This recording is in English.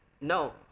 no